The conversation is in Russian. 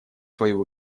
свою